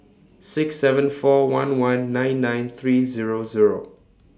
six seven four one one nine nine three Zero Zero